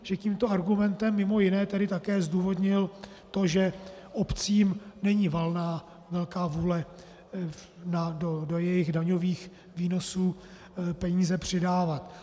Mě mrzí, že tímto argumentem mimo jiné tedy také zdůvodnil to, že obcím není valná velká vůle do jejich daňových výnosů peníze přidávat.